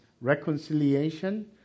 reconciliation